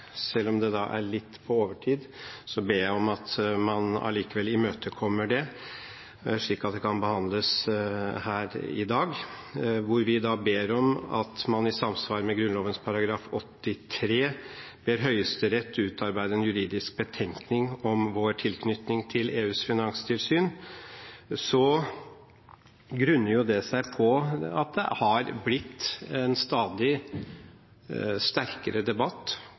selv om det er litt på overtid, ber jeg om at man allikevel imøtekommer det, slik at det kan behandles her i dag – hvor vi ber om at man i samsvar med Grunnloven § 83 ber Høyesterett utarbeide en juridisk betenkning om vår tilknytning til EUs finanstilsyn, har det sin grunn i at det har blitt en stadig sterkere debatt